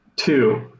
Two